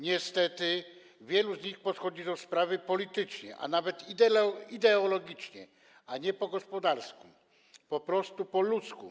Niestety wielu z nich podchodzi do sprawy politycznie, a nawet ideologicznie, a nie po gospodarsku, po prostu po ludzku.